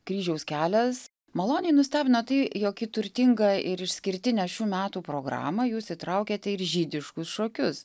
kryžiaus kelias maloniai nustebina tai jog į turtingą ir išskirtinę šių metų programą jūs įtraukiate ir žydiškus šokius